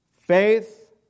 Faith